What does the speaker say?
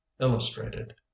illustrated